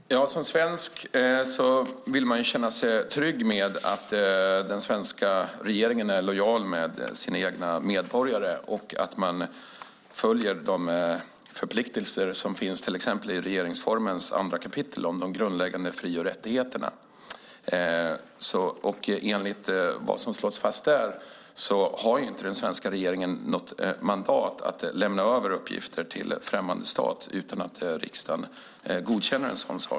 Fru talman! Som svensk vill man ju känna sig trygg med att den svenska regeringen är lojal med sina egna medborgare och följer de förpliktelser som finns i till exempel regeringsformens andra kapitel om de grundläggande fri och rättigheterna. Enligt vad som slås fast där har inte den svenska regeringen något mandat att lämna över uppgifter till en främmande stat utan att riksdagen godkänner det.